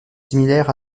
similaire